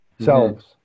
selves